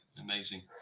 amazing